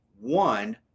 one